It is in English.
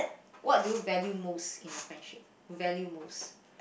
what do you value most in a friendship value most